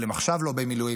אבל הם עכשיו לא במילואים.